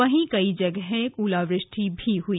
वहीं कई जगह ओलावृष्टि भी हुई